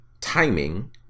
timing